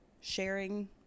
sharing